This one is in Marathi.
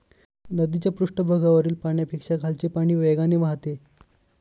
नदीच्या पृष्ठभागावरील पाण्यापेक्षा खालचे पाणी वेगाने वाहते